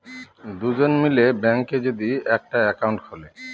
দুজন মিলে ব্যাঙ্কে যদি একটা একাউন্ট খুলে